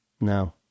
no